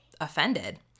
offended